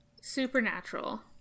Supernatural